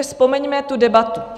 Vzpomeňme tu debatu.